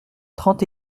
trente